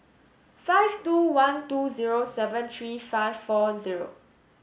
five two one two zero seven three five four zero